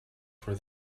for